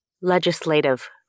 Legislative